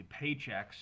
paychecks